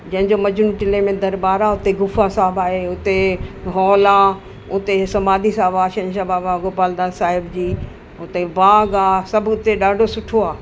जंहिंजो मजनू टीले में दरॿारि आहे हुते गुफा साहिबु आहे हुते हॉल आहे उते समाधी साहिबु आहे शहंशाह बाबा गोपाल दास साहिब जी हुते बाग़ु आहे सभु हुते ॾाढो सुठो आहे